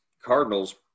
Cardinals